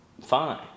fine